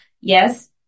Yes